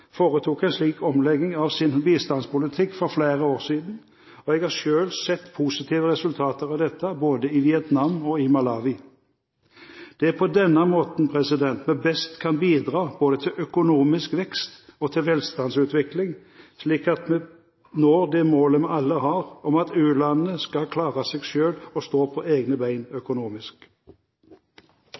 foretok en slik omlegging av sin bistandspolitikk for flere år siden, og jeg har selv sett positive resultater av dette både i Vietnam og i Malawi. Det er på denne måten vi best kan bidra både til økonomisk vekst og til velstandsutvikling, slik at vi når det målet vi alle har om at u-landene skal klare seg selv og stå på egne ben økonomisk.